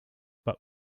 but